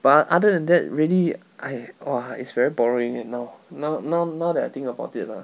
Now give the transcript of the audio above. but other than that really I !wah! it's very boring eh now now now now that I think about it lah